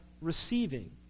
receiving